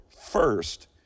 first